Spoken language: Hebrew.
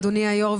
אדוני היו"ר,